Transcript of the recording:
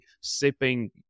sipping